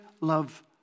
love